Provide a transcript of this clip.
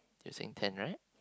you saying ten right